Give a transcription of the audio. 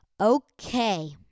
Okay